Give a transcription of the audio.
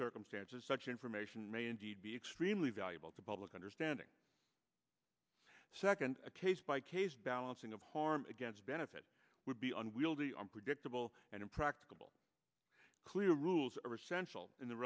circumstances such information may indeed be extremely valuable to public understanding second a case by case balancing of harm against benefit would be unwieldy unpredictable and impracticable clear rules are essential in the